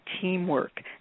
teamwork